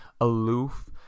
aloof